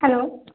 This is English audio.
hello